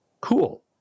cool